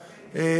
כן.